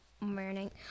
Morning